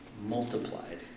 multiplied